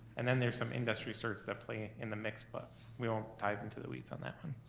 and then there's some industry certs that play in the mix, but we won't dive into the weeds on that one.